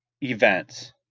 events